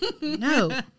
no